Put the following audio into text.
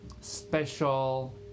special